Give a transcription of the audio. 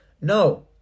No